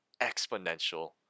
exponential